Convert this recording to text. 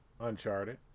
Uncharted